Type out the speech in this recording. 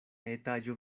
etaĝo